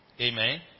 Amen